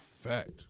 fact